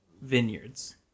vineyards